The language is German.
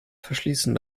verschließen